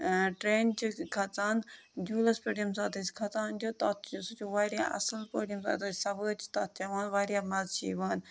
ٹرٛینہِ چھِ کھسان جوٗلَس پٮ۪ٹھ ییٚمہِ ساتہٕ أسۍ کھسان چھِ تَتھ چھِ سُہ چھُ واریاہ اَصٕل پٲٹھۍ ییٚمہِ ساتہٕ أسۍ سَوٲرۍ چھِ تَتھ چٮ۪وان واریاہ مَزٕ چھِ یِوان